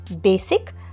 basic